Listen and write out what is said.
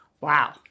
Wow